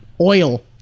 oil